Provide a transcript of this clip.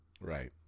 Right